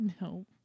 No